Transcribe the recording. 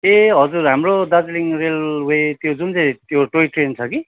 ए हजुर हाम्रो दार्जिलिङ रेलवे त्यो जुन चाहिँ त्यो टोय ट्रेन छ कि